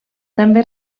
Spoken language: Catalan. també